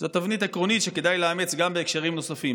זאת תבנית עקרונית שכדאי לאמץ גם בהקשרים נוספים.